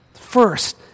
First